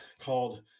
called